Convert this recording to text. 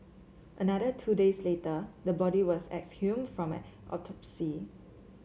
another two days later the body was exhumed from a autopsy